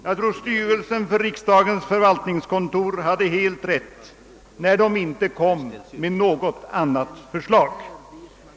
Jag tror att styrelsen för riksdagens förvaltningskontor gjorde helt rätt när den inte lade fram något annat förslag.